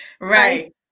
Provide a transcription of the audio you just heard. Right